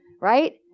Right